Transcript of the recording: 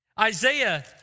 Isaiah